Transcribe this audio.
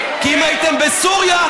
כי אם הייתם בסוריה,